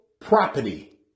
property